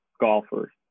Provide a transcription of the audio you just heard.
golfers